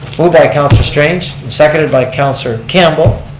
moved by councilor strange and seconded by councilor campbell.